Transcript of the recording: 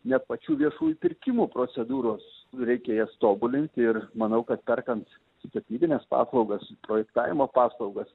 net pačių viešųjų pirkimų procedūros reikia jas tobulinti ir manau kad perkant statybines paslaugas projektavimo paslaugas